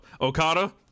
okada